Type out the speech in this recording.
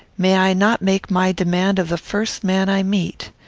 may i not make my demand of the first man i meet?